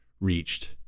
reached